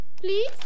Please